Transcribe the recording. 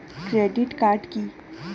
Credit card key?